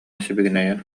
сибигинэйэн